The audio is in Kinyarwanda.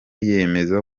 yemeza